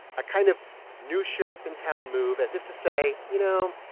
a kind of new-sheriff-in-town move, as if to say, you know,